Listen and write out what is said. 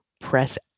Press